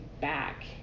back